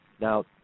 Now